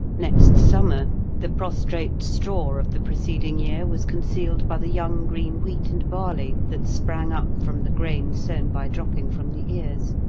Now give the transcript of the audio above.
next summer the prostrate straw of the preceding year was concealed by the young green wheat and barley that sprang up from the grain sown by dropping from the ears,